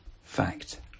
Fact